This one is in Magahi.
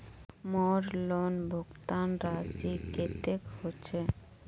मोर लोन भुगतान राशि कतेक होचए?